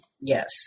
Yes